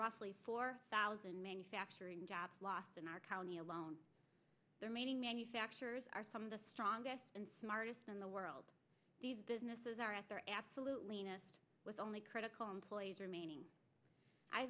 roughly four thousand manufacturing jobs lost in our county alone their meaning manufacturers are some of the strongest and smartest in the world these businesses are at their absolutely n'est with only critical employees remaining i